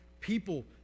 people